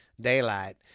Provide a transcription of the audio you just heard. daylight